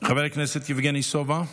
חבר הכנסת יבגני סובה,